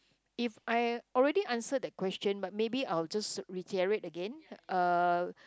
if I already answered that question but maybe I'll just reiterate again uh